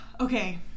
Okay